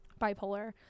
bipolar